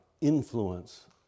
influence